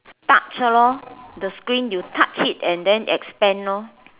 touch lor the screen you touch it and then expand lor